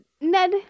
Ned